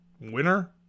Winner